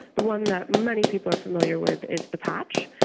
the one that many people are familiar with is the patch,